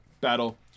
battle